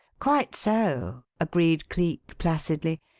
quite so, agreed cleek placidly.